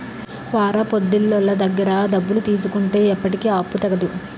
వారాపొడ్డీలోళ్ళ దగ్గర డబ్బులు తీసుకుంటే ఎప్పటికీ ఆ అప్పు తెగదు